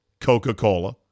Coca-Cola